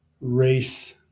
race